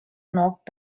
knocked